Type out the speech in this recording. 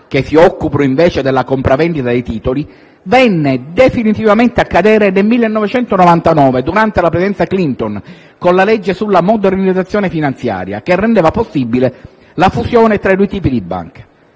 (si occupano invece della compravendita dei titoli); barriera che venne definitivamente a cadere nel 1999, durante la presidenza Clinton, con la legge sulla modernizzazione finanziaria, che rendeva possibile la fusione tra i due tipi di banca.